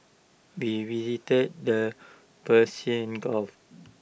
we visited the Persian gulf